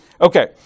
Okay